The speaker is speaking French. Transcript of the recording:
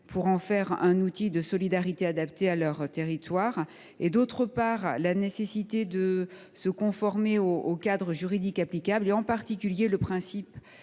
pour en faire un outil de solidarité adapté à leur territoire, et, d’autre part, la nécessité de se conformer au cadre juridique applicable, en particulier au principe